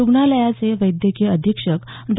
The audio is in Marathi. रुग्णालयाचे वैद्यकीय अधीक्षक डॉ